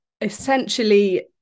essentially